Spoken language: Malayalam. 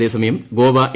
അതേസമയം ഗോവ എ